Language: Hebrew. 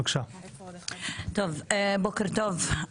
בוקר טוב.